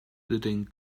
editing